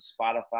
spotify